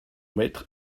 maître